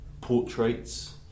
portraits